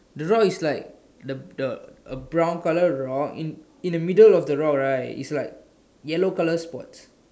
the rock is like the the a brown color rock in in the middle of the rock right is like yellow color spots